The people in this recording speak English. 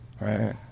right